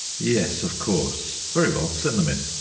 yes, of course. very well, send them in.